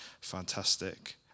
fantastic